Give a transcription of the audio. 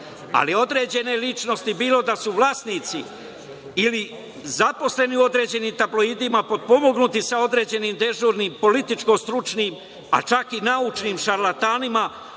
ali određene ličnosti, bilo da su vlasnici ili zaposleni u određenim tabloidima, potpomognuti sa određenim dežurnim političko-stručnim, a čak i naučnim šarlatanima,